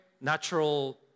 natural